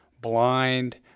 blind